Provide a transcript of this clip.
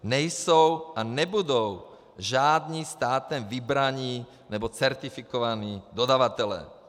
Nejsou a nebudou žádní státem vybraní nebo certifikovaní dodavatelé.